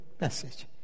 message